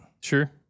Sure